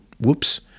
whoops